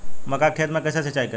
मका के खेत मे कैसे सिचाई करी?